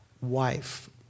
wife